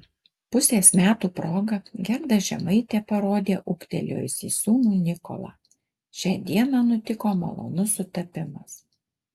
pusės metų proga gerda žemaitė parodė ūgtelėjusį sūnų nikolą šią dieną nutiko malonus sutapimas